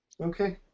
Okay